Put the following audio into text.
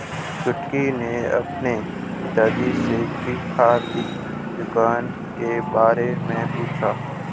छुटकी ने अपने पिताजी से किफायती दुकान के बारे में पूछा